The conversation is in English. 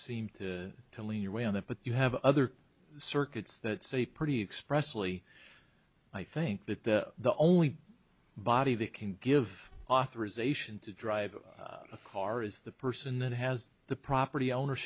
seem to lean your way on that but you have other circuits that say pretty expressly i think that the only body that can give authorization to drive a car is the person that has the property owners